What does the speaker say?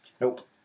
Nope